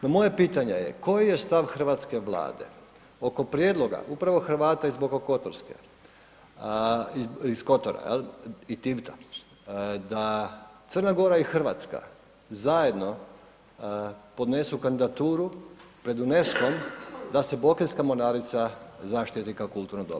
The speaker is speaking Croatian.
No moje pitanje je koji je stav hrvatske Vlade oko prijedloga upravo Hrvata iz Boko kotorske, iz Kotara i Tivata da Crna Gora i Hrvatska zajedno podnesu kandidaturu pred UNESCO-m da se Bokeljska mornarica zaštiti kao kulturno dobro.